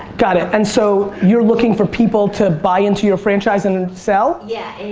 got it. and so you're looking for people to buy into your franchise and sell? yeah.